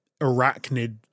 arachnid